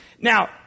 now